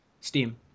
Steam